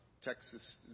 Texas